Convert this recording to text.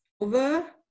over